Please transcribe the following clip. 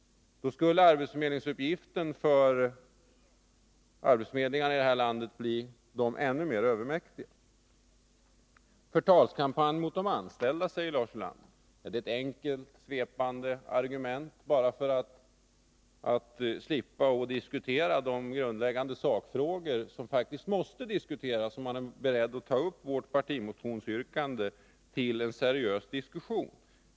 Då skulle arbetsuppgiften för arbetsförmedlingarna här i landet bli dem ännu mer övermäktig. Det pågår en förtalskampanj mot de anställda, säger Lars Ulander. Det är ett enkelt, svepande argument bara för att slippa diskutera de grundläggande sakfrågor som faktiskt måste diskuteras, om man är beredd att ta upp vår partimotions yrkande till en seriös diskussion.